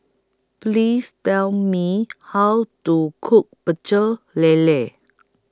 Please Tell Me How to Cook Pecel Lele